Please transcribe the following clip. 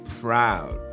proud